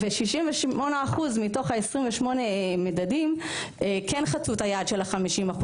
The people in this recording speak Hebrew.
ו-68% מתוך 28 המדדים כן חצו את היעד של ה-50%,